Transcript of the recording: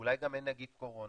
שאולי גם אין נגיף קורונה